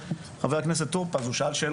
חבר הכנסת טור פז שאל